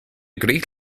greek